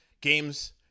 games